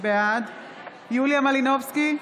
בעד יוליה מלינובסקי,